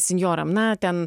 senjoram na ten